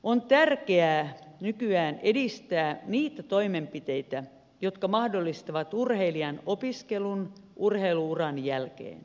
on tärkeää nykyään edistää niitä toimenpiteitä jotka mahdollistavat urheilijan opiskelun urheilu uran jälkeen